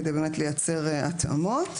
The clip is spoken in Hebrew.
וזאת כדי לייצר התאמות.